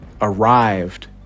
arrived